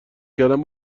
کردن